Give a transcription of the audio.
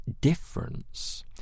difference